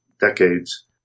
decades